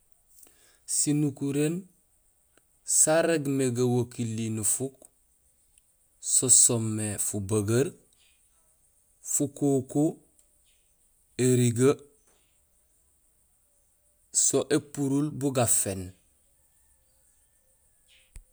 Sinukuréén sarégmé gawakili nufuuk so soomé: fubegeer, fukuku, érigee; so épuruul bo gaféén.